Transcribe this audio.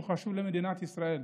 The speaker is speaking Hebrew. הם חשובים למדינת ישראל.